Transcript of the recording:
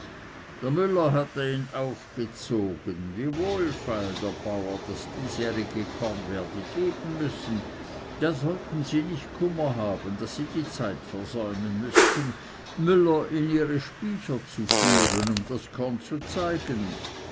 der müller hatte ihn aufgezogen wie wohlfeil der bauer das diesjährige korn werde geben müssen da sollten sie nicht kummer haben daß sie die zeit versäumen müßten müller in ihre spycher zu führen um das korn zu zeigen